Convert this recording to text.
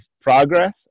progress